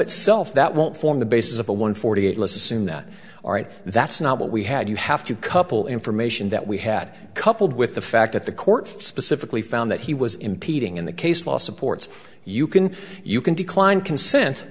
itself that won't form the basis of a one forty eight losses in that art that's not what we had you have to couple information that we had coupled with the fact that the court specifically found that he was impeding in the case law supports you can you can decline consen